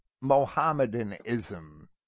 Mohammedanism